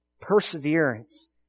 perseverance